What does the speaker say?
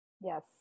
Yes